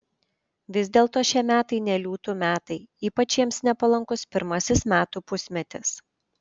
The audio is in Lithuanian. vis dėlto šie metai ne liūtų metai ypač jiems nepalankus pirmasis metų pusmetis